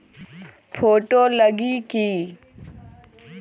Photo लगी कि?